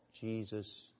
Jesus